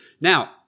Now